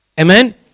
Amen